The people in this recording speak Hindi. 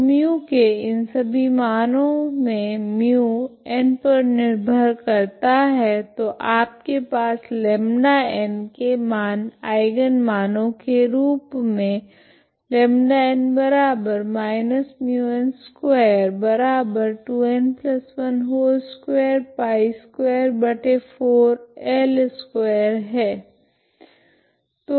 तो μ के इन सभी मानो मे μ n पर निर्भर करता है तो आपके पास λn के मान आइगन मानों के रूप मे है